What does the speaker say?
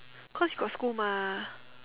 cause he got school mah